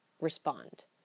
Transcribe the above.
respond